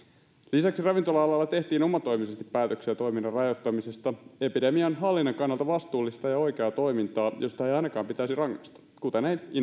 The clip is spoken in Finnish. lisäksi ravintola alalla tehtiin omatoimisesti päätöksiä toiminnan rajoittamisesta epidemian hallinnan kannalta vastuullista ja oikeaa toimintaa josta ei ainakaan pitäisi rangaista kuten